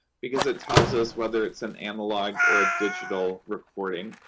because it tells us whether it's an analog or a digital recording.